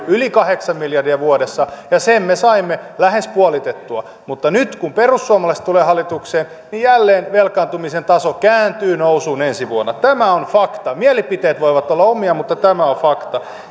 yli kahdeksan miljardia vuodessa ja sen me saimme lähes puolitettua mutta nyt kun perussuomalaiset tulivat hallitukseen jälleen velkaantumisen taso kääntyy nousuun ensi vuonna tämä on fakta mielipiteet voivat olla omia mutta tämä on fakta